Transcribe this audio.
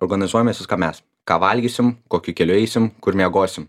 organizuojamės viską mes ką valgysim kokiu keliu eisim kur miegosim